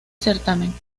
certamen